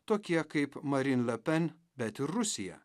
tokie kaip marine le pen bet ir rusija